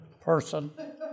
person